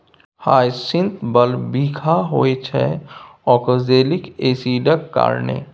hyacinth bulb बिखाह होइ छै आक्जेलिक एसिडक कारणेँ